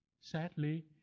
sadly